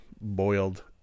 boiled